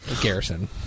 Garrison